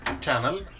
channel